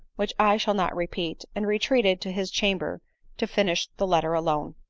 which i shall not repeat, and retreated to his chamber to finish the letter alone.